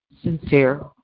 sincere